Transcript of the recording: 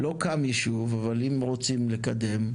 לא קם ישוב אבל אם רוצים לקדם,